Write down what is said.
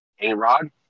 A-Rod